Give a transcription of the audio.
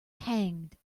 hanged